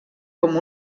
com